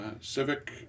civic